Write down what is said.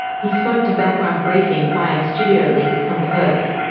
he spoke to background briefing via studio link from perth.